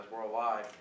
worldwide